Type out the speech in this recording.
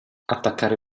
attaccare